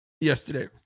yesterday